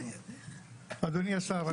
אדוני השר,